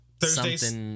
Thursday's